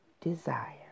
desire